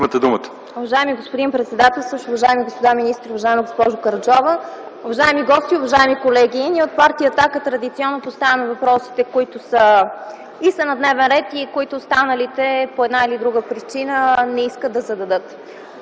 Уважаеми господин председателстваш, уважаеми господа министри, уважаема госпожо Караджова, уважаеми гости, уважаеми колеги! Ние от партия „Атака” традиционно поставяме въпросите, които и са на дневен ред, и които останалите по една или друга причина не искат да зададат.